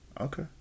Okay